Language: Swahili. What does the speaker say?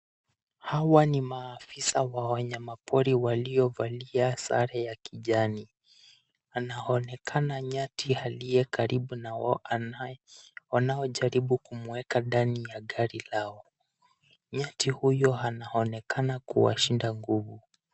Hawa ni maafisa wa wanyama pori waliovalia sare ya kijani. Panaonekana nyati aliye karibu na wao wanaojaribu kumweka ndani ya gari lao. Nyati huyo anaonekana kuwashinda nguvu.